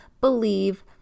believe